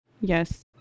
Yes